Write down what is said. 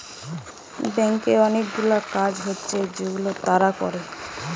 ব্যাংকে অনেকগুলা কাজ হচ্ছে যেগুলা তারা করে